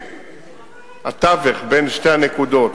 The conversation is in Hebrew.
עקב התווך בין שתי הנקודות,